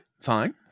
fine